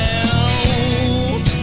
out